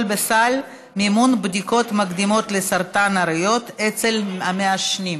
בסל מימון בדיקות מקדימות לסרטן הריאות אצל מעשנים.